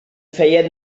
feien